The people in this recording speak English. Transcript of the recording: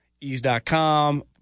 Ease.com